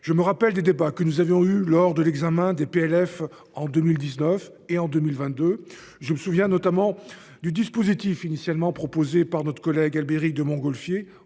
Je me rappelle les débats que nous avions eus lors de l'examen des projets de loi de finances en 2019 et en 2022. Je me souviens notamment du dispositif initialement proposé par notre collègue Albéric de Montgolfier,